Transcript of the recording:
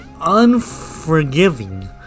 Unforgiving